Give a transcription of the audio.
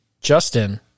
Justin